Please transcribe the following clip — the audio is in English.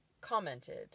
commented